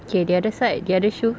okay the other side the other shoe